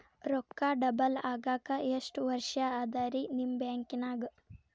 ರೊಕ್ಕ ಡಬಲ್ ಆಗಾಕ ಎಷ್ಟ ವರ್ಷಾ ಅದ ರಿ ನಿಮ್ಮ ಬ್ಯಾಂಕಿನ್ಯಾಗ?